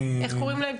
באמת